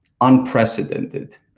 unprecedented